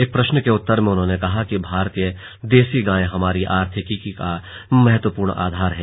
एक प्रश्न के उत्तर में उन्होंने कहा कि भारतीय देशी गाय हमारी आर्थिकी का महत्वपूर्ण आधार है